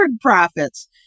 profits